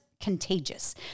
contagious